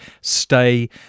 Stay